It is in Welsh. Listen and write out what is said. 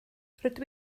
rydw